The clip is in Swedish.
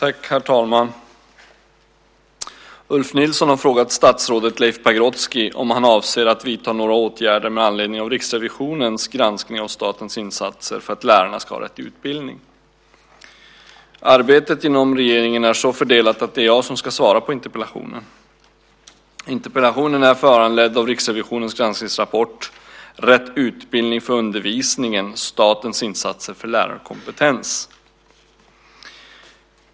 Herr talman! Ulf Nilsson har frågat statsrådet Leif Pagrotsky om han avser att vidta några åtgärder med anledning av Riksrevisionens granskning av statens insatser för att lärarna ska ha rätt utbildning. Arbetet inom regeringen är så fördelat att det är jag som ska svara på interpellationen. Interpellationen är föranledd av Riksrevisionens granskningsrapport Rätt utbildning för undervisningen - statens insatser för lärarkompetens .